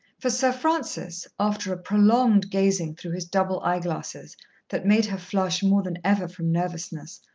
for sir francis, after a prolonged gazing through his double eye-glasses that made her flush more than ever from nervousness,